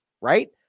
right